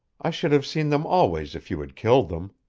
i should have seen them always if you had killed them.